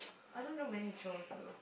I don't know many chores though